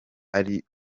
ari